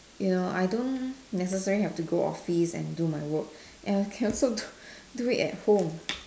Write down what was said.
you know I don't necessary have to go office and do my work and I can also do it at home